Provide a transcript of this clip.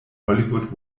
hollywood